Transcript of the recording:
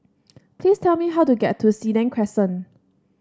please tell me how to get to Senang Crescent